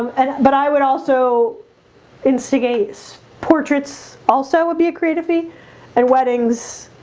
and but i would also instigate portraits also would be a creative fee and weddings